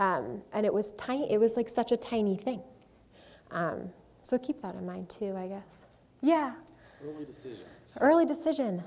and it was tiny it was like such a tiny thing so keep that in mind too i guess yeah early decision